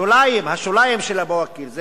שוליים, השוליים של ה"בואכיר", זה